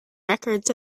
records